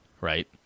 right